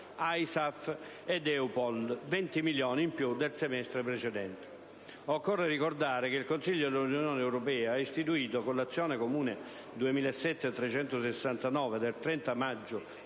Afghanistan, 20 milioni in più del semestre precedente. Occorre ricordare che il Consiglio dell'Unione europea ha istituito, con l'azione comune 2007/369/PESC del 30 maggio